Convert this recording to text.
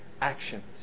actions